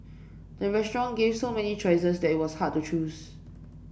the restaurant gave so many choices that was hard to choose